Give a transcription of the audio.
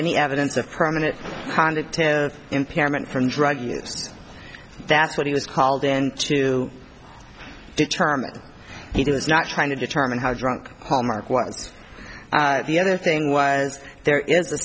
any evidence of permanent conduct to impairment from drug use that's what he was called in to determine he was not trying to determine how drunk hallmark was the other thing was there is